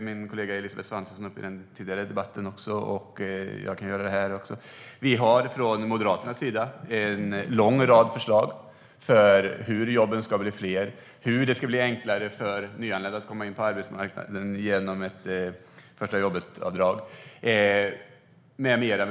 Min kollega Elisabeth Svantesson tog upp det i den tidigare debatten, och jag kan göra det här: Vi har från Moderaternas sida en lång rad förslag på hur jobben ska bli fler, hur det ska bli enklare för nyanlända att komma in på arbetsmarknaden genom ett första-jobbet-avdrag med mera.